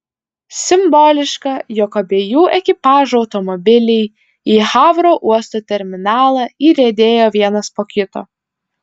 simboliška jog abiejų ekipažų automobiliai į havro uosto terminalą įriedėjo vienas po kito